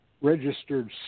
registered